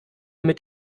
mit